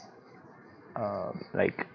um like